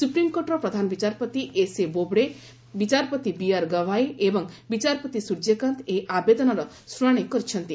ସୁପ୍ରିମକୋର୍ଟର ପ୍ରଧାନବିଚାରପତି ଏସ୍ଏ ବୋବ୍ଡେ ବିଚାରପତି ବିଆର୍ ଗଭାଇ ଏବଂ ବିଚାରପତି ସ୍ୱର୍ଯ୍ୟକାନ୍ତ ଏହି ଆବେଦନର ଶୁଶାଶି କରିଛନ୍ତି